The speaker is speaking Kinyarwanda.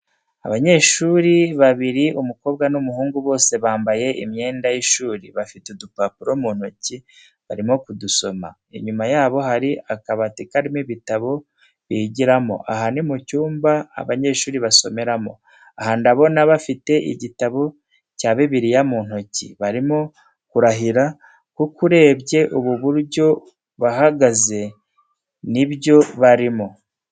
Abanyeshuri babiri umukobwa n'umuhungu, bose bambaye imyenda y'ishuri bafite udupapuro mu ntoki barimo kudusoma, inyuma yabo hari akabati karimo ibitabo bigiramo, aha ni mu cyumba abanyeshuri basomeramo. Aha ndabona bafite igitabo cya bibiriya mu ntoki, barimo kurahira kuko urebye ubu buryo bahagaze ni byo barimo.